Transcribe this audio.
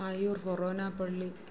ആയൂർ ഹൊറോനാ പള്ളി